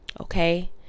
okay